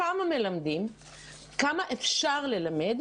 כלומר כמה אפשר בכלל ללמד,